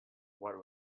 what